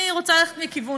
מכיוון